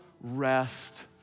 rest